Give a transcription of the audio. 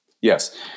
Yes